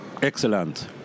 Excellent